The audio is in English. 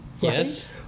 Yes